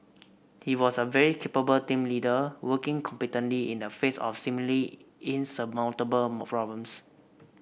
he was a very capable team leader working competently in the face of seemingly insurmountable problems